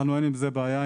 אין עם זה בעיה,